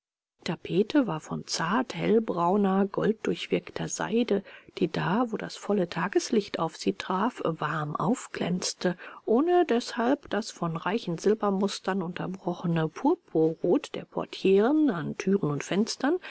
tapete war von zart hellbrauner golddurchwirkter seide die da wo das volle tageslicht auf sie traf warm aufglänzte ohne deshalb das von reichen silbermustern unterbrochene purpurrot der portieren an türen und fenstern